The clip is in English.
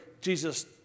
Jesus